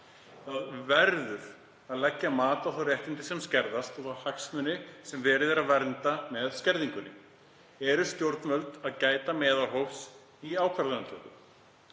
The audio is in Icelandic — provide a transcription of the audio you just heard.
Það verður að leggja mat á þau réttindi sem skerðast og þá hagsmuni sem verið er að vernda með skerðingunni. Gæta stjórnvöld meðalhófs í ákvarðanatöku?